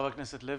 חבר הכנסת לוי.